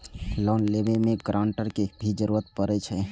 Loan लेबे में grantor के भी जरूरी परे छै?